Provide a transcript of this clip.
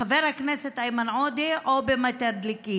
בחבר הכנסת איימן עודה או במתדלקים,